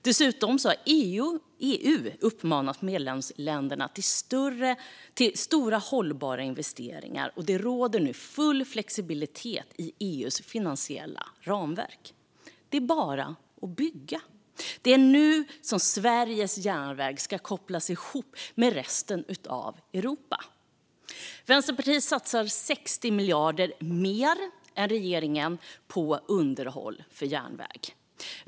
Dessutom har EU uppmanat medlemsländerna till stora och hållbara investeringar, och det råder nu full flexibilitet i EU:s finansiella ramverk. Det är bara att bygga. Det är nu som Sveriges järnväg ska kopplas ihop med resten av Europa. Vänsterpartiet satsar 60 miljarder mer än regeringen på underhåll av järnväg.